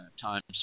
times